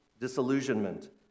disillusionment